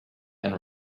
and